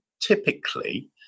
typically